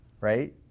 right